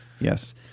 Yes